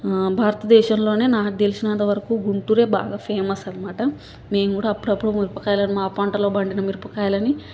భారతదేశంలోనే నాకు తెలిసినంతవరకు గుంటూరే బాగా ఫేమస్ అన్నమాట మేము కూడా అప్పుడప్పుడు మిరపకాయలని మా పంటలో పండిన మిరపకాయలని